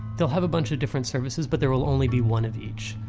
they'll have a bunch of different services but there will only be one of each.